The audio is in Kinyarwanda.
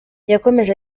yakomeje